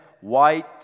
white